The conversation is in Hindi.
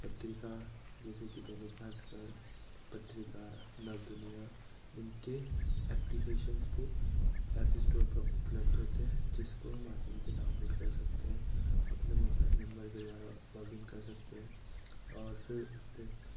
पत्रिका जैसे की दैनिक भास्कर पत्रिका नव दुनिया इनके ऐप्लकैशनस पर एप इस्टोर पर उपलब्ध होते हैं जिसको हम असानी से डाउनलोड कर सकते हैं अपने मोबाईल नंबर के द्वारा लॉगइन कर सकते हैं और फिर उस पर